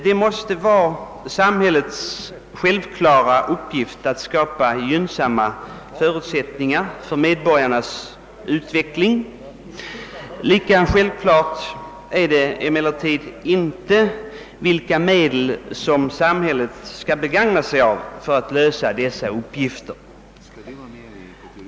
Det måste vara samhällets självklara uppgift att skapa gynnsamma förutsättningar för medborgarnas utveckling. Lika självklart är det emellertid inte vilka medel samhället skall begagna sig av för att uppnå detta syfte.